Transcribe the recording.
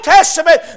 Testament